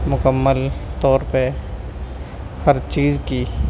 مکمل طور پہ ہر چیز کی